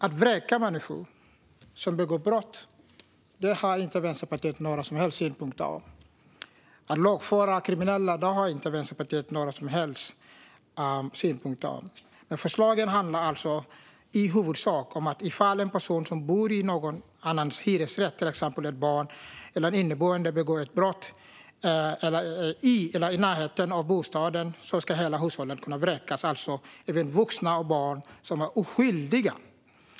Att vräka människor som begår brott har Vänsterpartiet inte några som helst synpunkter på, inte heller när det gäller att lagföra kriminella. Men dessa förslag handlar i huvudsak om att ifall en person som bor i någon annans hyresrätt, till exempel ett barn eller en inneboende, begår ett brott i eller i närheten av bostaden ska hela hushållet kunna vräkas - alltså även vuxna och barn som är oskyldiga.